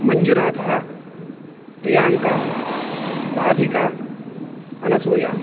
मञ्जुनाथः प्रियाङ्क राधिका अनसूया